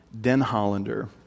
Denhollander